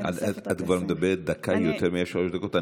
את כבר מדברת דקה יותר מהשלוש דקות.